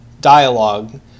dialogue